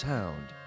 Hound